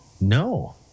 No